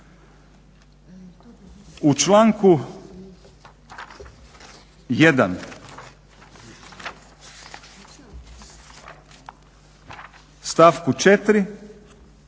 U članku 1.stavku 4.